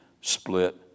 split